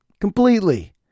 completely